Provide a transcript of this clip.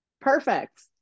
Perfect